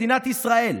מדינת ישראל.